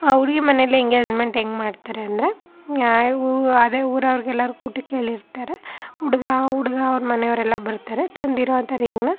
ಆ ಹುಡ್ಗಿ ಮನೇಲ್ಲೂ ಎಂಗೇಜ್ಮೆಂಟ್ ಹೆಂಗೆ ಮಾಡ್ತಾರೆ ಅಂದರೆ ಅದೇ ಊರವ್ರು ಎಲ್ಲರ್ಗೆ ಊಟಕ್ಕೇಳಿರ್ತಾರೆ ಹುಡ್ಗ ಆ ಹುಡ್ಗವ್ರು ಮನೆವ್ರೆಲ್ಲ ಬರ್ತಾರೆ ತಂದಿರೋ ಅಂತ ರಿಂಗಿನ